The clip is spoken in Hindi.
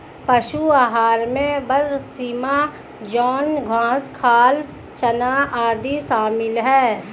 पशु आहार में बरसीम जौं घास खाल चना आदि शामिल है